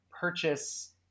purchase